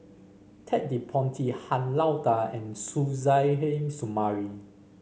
Ted De Ponti Han Lao Da and Suzairhe Sumari